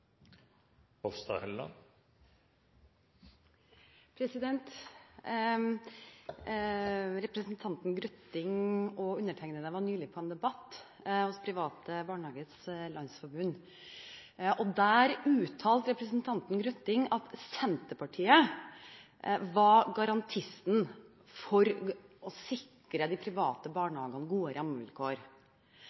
for kommunen. Representanten Grøtting og undertegnede var nylig med på en debatt hos Private Barnehagers Landsforbund. Der uttalte representanten Grøtting at Senterpartiet var garantisten for å sikre de private barnehagene gode rammevilkår.